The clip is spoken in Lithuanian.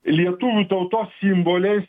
lietuvių tautos simboliais